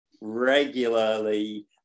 regularly